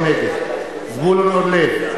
נגד זבולון אורלב,